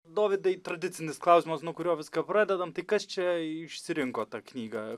dovydai tradicinis klausimas nuo kurio viską pradedam tai kas čia išsirinko tą knygą